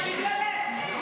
עופר כסיף פה בגללך.